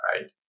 right